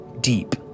deep